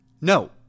No